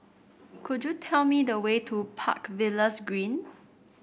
could you tell me the way to Park Villas Green